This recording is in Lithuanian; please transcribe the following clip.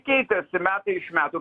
keitėsi metai iš metų